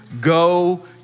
go